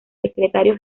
secretario